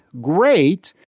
great